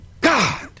God